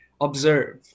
observe